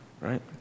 Right